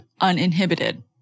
uninhibited